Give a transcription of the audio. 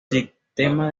sistema